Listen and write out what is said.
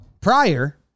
prior